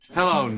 Hello